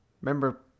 Remember